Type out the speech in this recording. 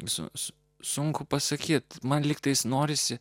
visos sunku pasakyti man lygtais norisi